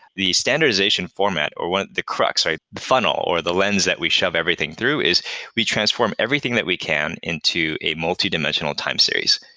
the standardization format or what the crux funnel or the lens that we shove everything through, is we transform everything that we can into a multidimensional time series,